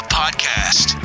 podcast